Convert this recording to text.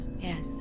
Yes